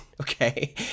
Okay